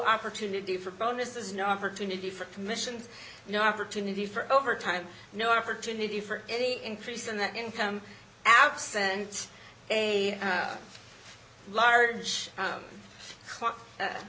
opportunity for bonuses no opportunity for commission no opportunity for overtime no opportunity for any increase in that income absent a large